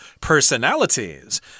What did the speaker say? personalities